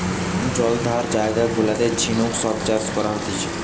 জলাধার জায়গা গুলাতে ঝিনুক সব চাষ করা হতিছে